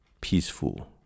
peaceful